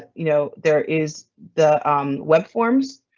you know there is the web forms